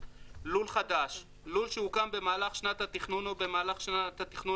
"לול חדש" לול שהוקם במהלך שנת התכנון או במהלך שנת התכנון